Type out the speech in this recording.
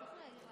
תודה.